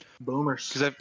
boomers